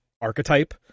archetype